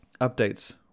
updates